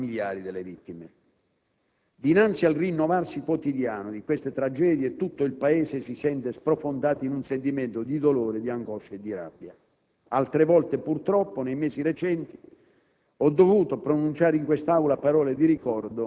al dolore della città e, in particolare, dei familiari delle vittime. Dinanzi al rinnovarsi quotidiano di queste tragedie tutto il Paese si sente sprofondato in un sentimento di dolore, di angoscia e di rabbia. Altre volte, purtroppo, nei mesi recenti